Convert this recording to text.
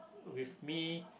with me